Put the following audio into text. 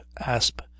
Asp